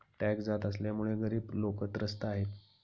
tax जास्त असल्यामुळे गरीब लोकं त्रस्त आहेत